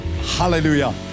Hallelujah